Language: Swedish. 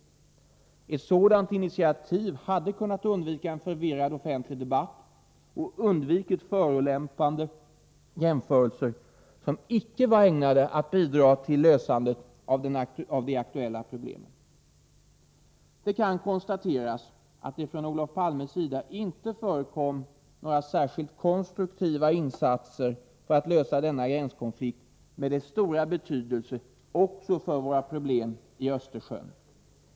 Ett sådant initiativ hade kunnat undvika en förvirrad offentlig debatt och undvika förolämpande jämförelser, som icke var ägnade att bidra till lösandet av de aktuella problemen. Det kan konstateras att det från Olof Palmes sida icke förekom några 7n särskilt konstruktiva insatser för att lösa denna gränskonflikt med dess stora betydelse också för våra problem i Östersjön.